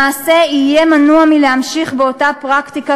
למעשה יהיה מנוע מלהמשיך באותה פרקטיקה